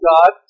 God